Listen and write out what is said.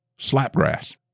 Slapgrass